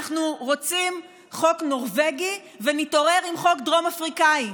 אנחנו רוצים חוק נורבגי ונתעורר עם חוק דרום אפריקאי.